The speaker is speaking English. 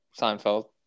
Seinfeld